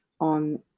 on